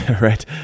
right